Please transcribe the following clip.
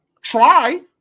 try